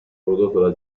prodotto